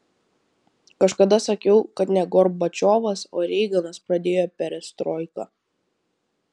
kažkada sakiau kad ne gorbačiovas o reiganas pradėjo perestroiką